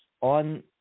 on